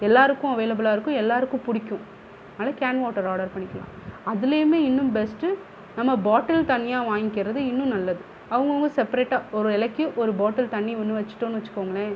எல்லோருக்கும் அவைலபிளாக இருக்கும் எல்லோருக்கும் பிடிக்கும் அதனால கேன் வாட்டர் ஆடர் பண்ணிக்கலாம் அதுலேயுமே இன்னும் பெஸ்ட்டு நம்ம பாட்டில் தண்ணியா வாங்கிக்கிறது இன்னும் நல்லது அவங்கவுங்க செப்ரேட்டாக ஒரு இலைக்கு ஒரு பாட்டல் தண்ணி ஒன்று வச்சுட்டோனு வெச்சுக்கோங்களேன்